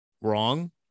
wrong